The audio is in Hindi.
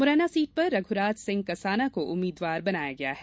मुरैना सीट पर रघुराज सिंह कसाना को उम्मीदवार बनाया गया है